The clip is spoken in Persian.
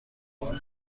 اون